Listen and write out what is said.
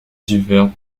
divers